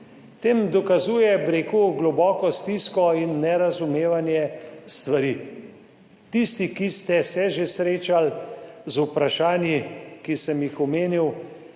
Tem dokazuje, bi rekel, globoko stisko in nerazumevanje stvari. Tisti, ki ste se že srečali z vprašanji, ki sem jih omenil,